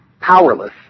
powerless